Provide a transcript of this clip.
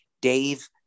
Dave